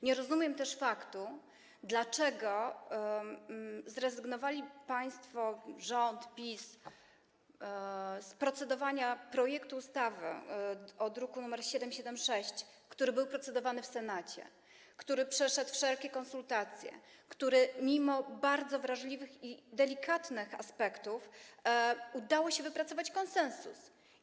Nie rozumiem też, dlaczego zrezygnowali państwo, rząd, PiS, z procedowania nad projektem ustawy z druku nr 776, który był procedowany w Senacie, który przeszedł wszelkie konsultacje, w przypadku którego mimo bardzo wrażliwych i delikatnych aspektów udało się wypracować konsensus.